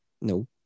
No